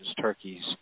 turkeys